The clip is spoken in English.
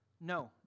No